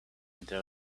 into